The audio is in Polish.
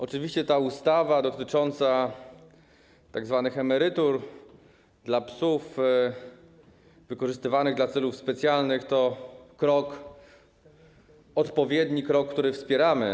Oczywiście ustawa dotycząca tzw. emerytur dla psów wykorzystywanych do celów specjalnych to odpowiedni krok, który wspieramy.